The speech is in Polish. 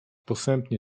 posępnie